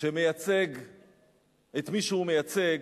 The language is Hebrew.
שמייצג את מי שהוא מייצג,